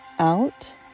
Out